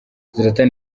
zlatan